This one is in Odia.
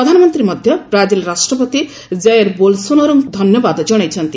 ପ୍ରଧାନମନ୍ତ୍ରୀ ମଧ୍ୟ ବ୍ରାଜିଲ ରାଷ୍ଟ୍ରପତି ଜୟେର୍ ବୋଲ୍ସୋନାରୋଙ୍କୁ ଧନ୍ୟବାଦ ଜଣାଇଛନ୍ତି